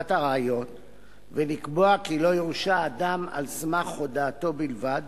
פקודת הראיות ולקבוע כי לא יורשע אדם על סמך הודאתו בלבד,